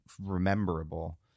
rememberable